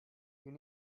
you